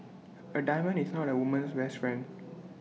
A diamond is not A woman's best friend